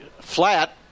flat